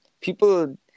People